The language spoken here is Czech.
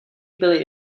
byly